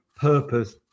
purpose